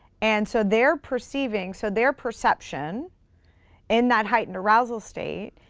and so they're perceiving, so their perception in that heightened arousal state,